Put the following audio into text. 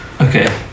Okay